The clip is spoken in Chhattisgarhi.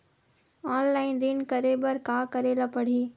ऑनलाइन ऋण करे बर का करे ल पड़हि?